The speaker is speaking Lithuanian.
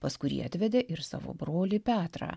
pas kurį atvedė ir savo brolį petrą